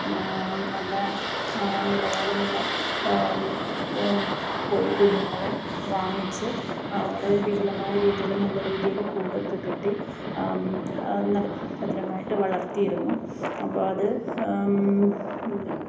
പിന്നെ നല്ല നിലവാരമുള്ള കോഴിക്കുഞ്ഞുങ്ങളെ വാങ്ങിച്ച് വളരെ വിപുലമായ രീതിയിൽ നല്ല രീതിയിൽ കൂടൊക്കെ കെട്ടി നല്ല ഭദ്രമായിട്ട് വളർത്തിയിരുന്നു അപ്പോൾ അത്